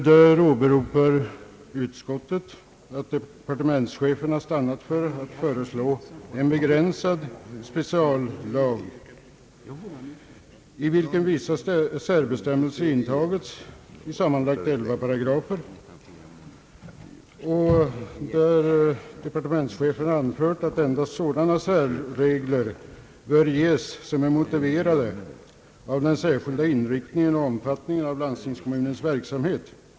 Där åberopar utskottet att departementschefen har beslutat föreslå en begränsad speciallag, i vilken vissa särbestämmelser intagits i sammanlagt elva paragrafer. Departementschefen har anfört att endast sådana särregler bör ges som är motiverade av den särskilda inriktningen och omfattningen av landstingskommunens verksamhet.